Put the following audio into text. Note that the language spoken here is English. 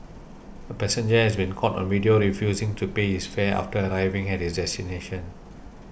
a passenger has been caught on video refusing to pay his fare after arriving at his destination